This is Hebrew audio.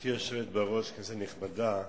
גברתי היושבת בראש, כנסת נכבדה,